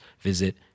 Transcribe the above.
visit